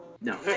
no